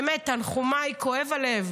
באמת, תנחומיי, כואב הלב.